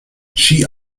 she